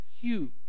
huge